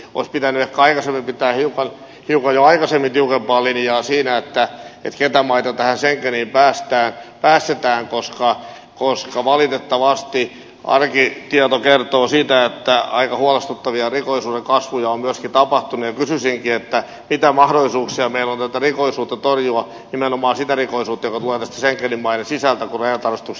olisi pitänyt ehkä jo hiukan aikaisemmin pitää tiukempaa linjaa siinä mitä maita tähän schengeniin päästetään koska valitettavasti ainakin tieto kertoo siitä että aika huolestuttavia rikollisuuden kasvuja on myöskin tapahtunut ja kysyisinkin mitä mahdollisuuksia meillä on tätä rikollisuutta torjua nimenomaan sitä rikollisuutta joka tulee schengenin maiden sisältä kun rajatarkastuksesta on luovuttu